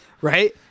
Right